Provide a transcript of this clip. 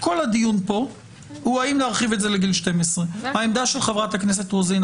כל הדיון פה הוא האם להרחיב את זה לגיל 12. העמדה של חברת הכנסת רוזין,